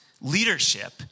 leadership